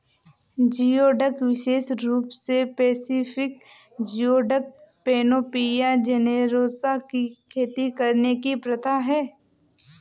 geoduck विशेष रूप से पैसिफिक जियोडक, पैनोपिया जेनेरोसा की खेती करने की प्रथा है